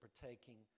partaking